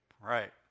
Right